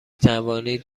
توانید